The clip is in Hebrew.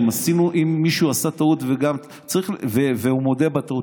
אם מישהו עשה טעות והוא מודה בטעות,